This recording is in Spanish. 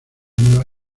nueva